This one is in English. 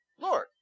Lord